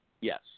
Yes